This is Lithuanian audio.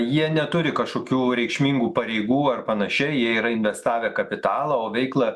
jie neturi kažkokių reikšmingų pareigų ar panašiai jie yra investavę kapitalą o veiklą